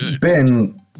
Ben